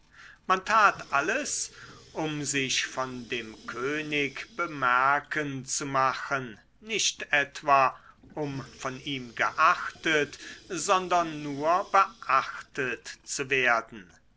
man tat alles um sich von dem könig bemerken zu machen nicht etwa um von ihm geachtet sondern nur beachtet zu werden